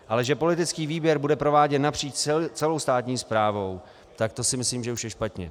Ale že politický výběr bude prováděn napříč celou státní správou, tak to si myslím, že už je špatně.